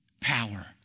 Power